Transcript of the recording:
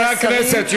חברי הכנסת,